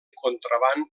contraban